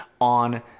on